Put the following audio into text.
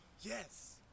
Yes